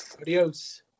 Adios